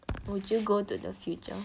would you go to the future